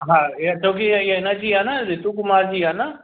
हा इहा छो की इहा इहा इन जी आहे न रितू कुमार जी आहे न